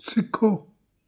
ਸਿੱਖੋ